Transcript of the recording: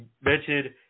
mentioned